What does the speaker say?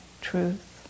truth